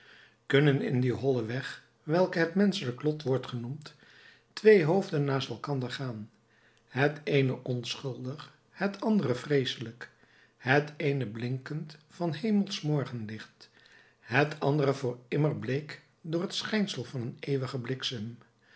kunnen in dien hollen weg welke het menschelijk lot wordt genoemd twee hoofden naast elkander gaan het eene onschuldig het andere vreeselijk het eene blinkend van hemelsch morgenlicht het andere voor immer bleek door het schijnsel van een eeuwigen bliksem